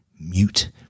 mute